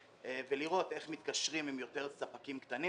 לראות איך מתקשרים עם יותר ספקים קטנים